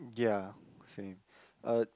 yeah same uh